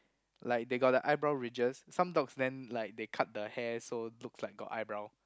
like they got the eyebrow ridges some dogs then like they cut the hair so looks like got eyebrow